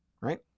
right